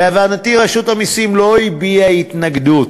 להבנתי, רשות המסים לא הביעה התנגדות,